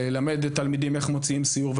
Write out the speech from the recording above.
ללמד תלמידים איך מוציאים סיור,